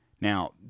Now